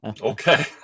Okay